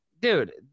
dude